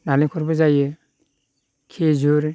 नालेंखरबो जायो खिजुर